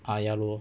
ah ya lor